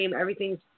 everything's